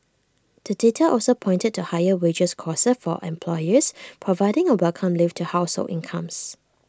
the data also pointed to higher wages costs for employers providing A welcome lift to household incomes